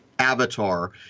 avatar